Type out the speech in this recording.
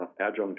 adjunct